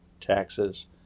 taxes